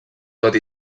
tot